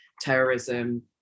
terrorism